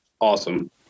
awesome